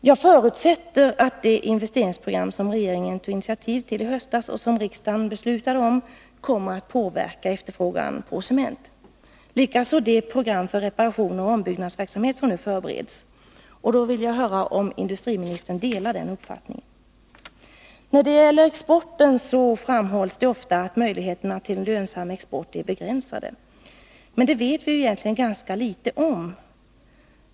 Jag förutsätter att det investeringsprogram som regeringen tog initiativ till i höstas och som sedan riksdagen beslutade om kommer att påverka efterfrågan på cement — likaså det program för reparationer och ombyggnadsverksamhet som nu förbereds. Delar industriministern den uppfattningen? När det gäller exporten framhålls det ofta att möjligheterna till en lönsam export är begränsade. Men det vet vi egentligen ganska litet om.